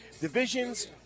divisions